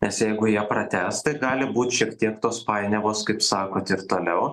nes jeigu jie pratęs tai gali būt šiek tiek tos painiavos kaip sakot ir toliau